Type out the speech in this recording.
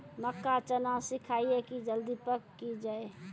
मक्का चना सिखाइए कि जल्दी पक की जय?